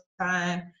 time